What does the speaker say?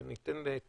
אני אתן את